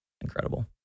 incredible